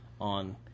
on